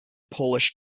polish